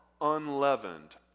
unleavened